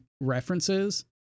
references